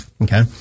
Okay